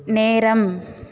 நேரம்